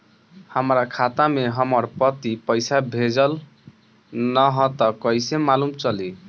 हमरा खाता में हमर पति पइसा भेजल न ह त कइसे मालूम चलि?